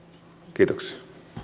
kiitoksia